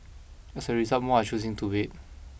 as a result more are choosing to wait